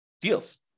deals